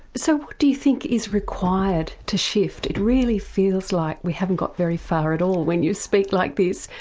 so what do you think is required to shift, it really feels like we haven't got very far at all when you speak like this,